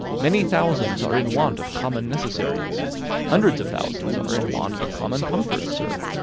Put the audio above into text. many thousands are in want of common necessaries hundreds of thousands are in want of common comforts, sir.